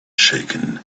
shaken